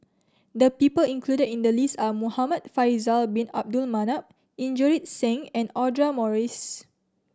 the people included in the list are Muhamad Faisal Bin Abdul Manap Inderjit Singh and Audra Morrice